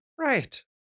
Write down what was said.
Right